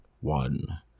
one